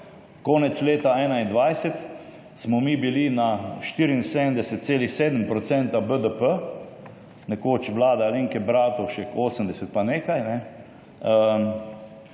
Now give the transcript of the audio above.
Konec leta 2021 smo mi bili na 74,7 % BDP. Nekoč vlada Alenka Bratušek 80 pa nekaj.